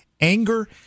anger